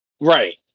right